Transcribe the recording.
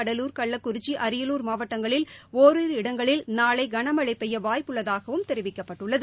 கடலுர் கள்ளக்குறிச்சி அரியலுர் மாவட்டங்களில் ஓரிரு இடங்களில்நாளை கனமழை பெய்ய வாய்ப்பு உள்ளதாகவும் தெரிவிக்கப்பட்டுள்ளது